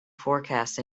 forecast